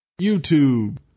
YouTube